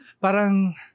Parang